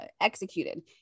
executed